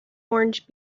orange